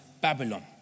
Babylon